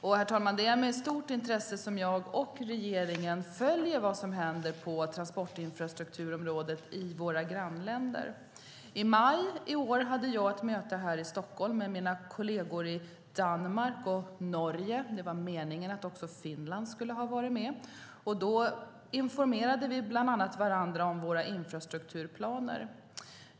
Det är med stort intresse som jag och regeringen följer vad som händer på transportinfrastrukturområdet i våra grannländer. I maj i år hade jag ett möte här i Stockholm med mina kolleger i Danmark och Norge. Det var meningen att också Finland skulle ha varit med. Då informerade vi bland annat varandra om våra infrastrukturplaner.